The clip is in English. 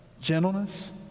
gentleness